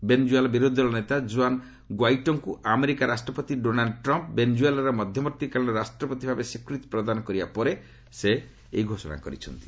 Venezuela ବିରୋଧୀଦଳ ନେତା Juan ଗ୍ୱାଇଡୋଙ୍କୁ ଆମେରିକା ରାଷ୍ଟ୍ରପତି ଡୋନାଲ୍ଚ ଟ୍ରମ୍ପ ବେନେଜୁଏଲାର ମଧ୍ୟବର୍ତ୍ତୀକାଳୀନ ରାଷ୍ଟ୍ରପତି ଭାବେ ସ୍ୱୀକୃତି ପ୍ରଦାନ କରିବା ପରେ ପରେ ଏହି ଘୋଷଣା କରିଛନ୍ତି